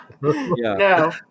no